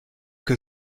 que